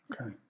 Okay